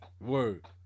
Word